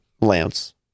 Lance